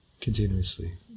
continuously